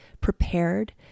Prepared